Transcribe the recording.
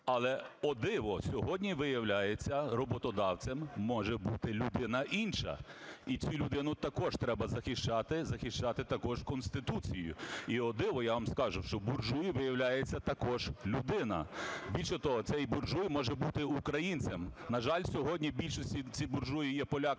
Але – о, диво! – сьогодні, виявляється, роботодавцем може бути людина інша, і цю людину також треба захищати, захищати також Конституцією. І – о, диво! – я вам скажу, що буржуй, виявляється, також людина. Більше того, цей буржуй може бути українцем. На жаль, сьогодні в більшості ці буржуї є поляками